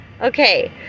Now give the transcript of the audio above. Okay